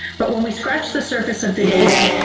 but when we scratch the surface of the data,